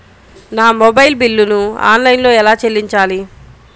నా మొబైల్ బిల్లును ఆన్లైన్లో ఎలా చెల్లించాలి?